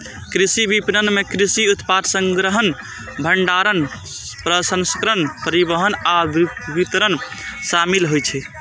कृषि विपणन मे कृषि उत्पाद संग्रहण, भंडारण, प्रसंस्करण, परिवहन आ वितरण शामिल होइ छै